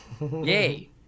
yay